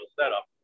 setup